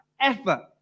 effort